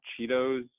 Cheetos